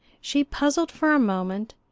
she puzzled for a moment,